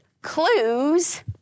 clues